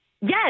Yes